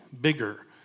bigger